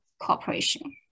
cooperation